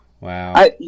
Wow